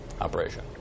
operation